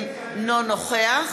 אינו נוכח